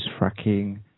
fracking